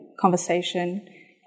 conversation